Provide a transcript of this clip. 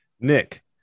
Nick